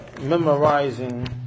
memorizing